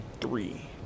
three